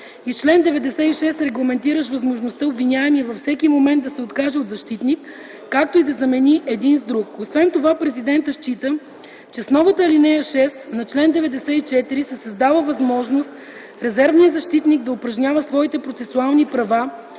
с чл. 96, регламентиращ възможността обвиняемият във всеки момент да се откаже от защитник, както и да замени един с друг. Освен това президентът счита, че с новата ал. 6 на чл. 94 се създава възможност резервният защитник да упражнява своите процесуални права